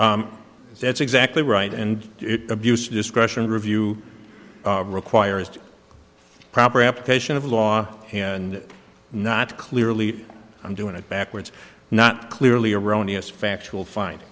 law that's exactly right and abuse of discretion review requires proper application of law and not clearly i'm doing it backwards not clearly erroneous factual fin